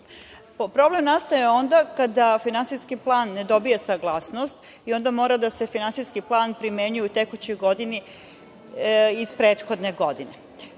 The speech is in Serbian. nastaje onda kada finansijski plan ne dobije saglasnost, i onda mora da se finansijski plan primenjuje u tekućoj godini iz prethodne godine.